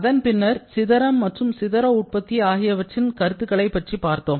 அதன் பின்னர் சிதறம் மற்றும் சிதற உற்பத்தி ஆகியவற்றின்கருத்துக்களை பற்றி பார்த்தோம்